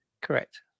correct